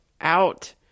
Out